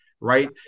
right